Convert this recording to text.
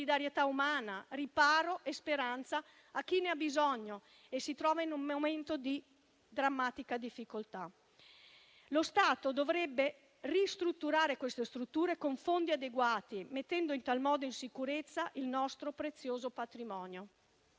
solidarietà umana, riparo e speranza a chi ne ha bisogno e si trova in un momento di drammatica difficoltà. Lo Stato dovrebbe ristrutturare quelle strutture con fondi adeguati, mettendo in tal modo in sicurezza il nostro prezioso patrimonio.